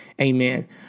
Amen